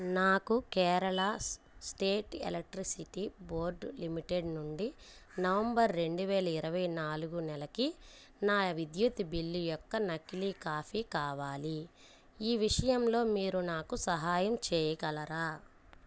నాకు Kerala state electricity board limited నుండి November రెండు వేల ఇరువై నాలుగు నెలకి నా విద్యుత్ బిల్లు యొక్క నకిలీ కాపీ కావాలి ఈ విషయంలో మీరు నాకు సహాయం చేయగలరా